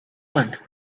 month